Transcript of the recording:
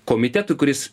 komitetui kuris